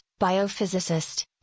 biophysicist